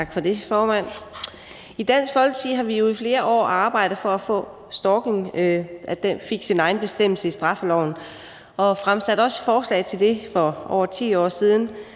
I Dansk Folkeparti har vi jo i flere år arbejdet for, at stalking fik sin egen bestemmelse i straffeloven, og vi fremsatte også forslag til det for over 10 år siden,